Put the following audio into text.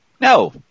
No